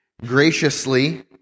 Graciously